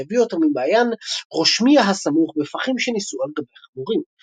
שהביא אותם ממעיין רושמיה הסמוך בפחים שנישאו על גבי חמורים.